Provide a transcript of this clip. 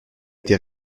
été